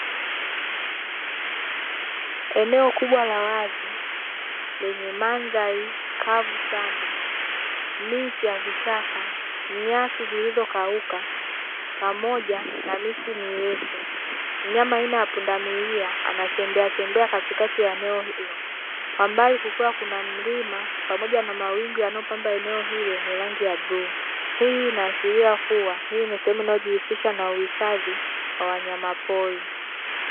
Eneo kubwa la wazi lenye manzari kavu sana miti ya vichaka, nyasi zilizokauka pamoja na miti mirefu, mnyama aina ya pundamiria anatembea tembea katikati ya eneo hilo kwa mbali kukuwa kuna mlima pamoja na mawingu yanayopamba eneo hilo, yenye rangi ya bluu hii inaashiria kuwa hii ni sehemu inayojihusisha na uhifadhi wa wanyama pori.